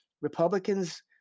Republicans